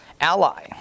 ally